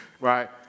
right